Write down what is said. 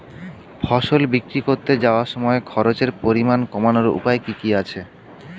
ফসল বিক্রি করতে যাওয়ার সময় খরচের পরিমাণ কমানোর উপায় কি কি আছে?